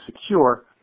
secure